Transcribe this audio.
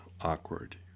awkward